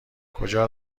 کجا